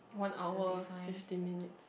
one hour fifteen minutes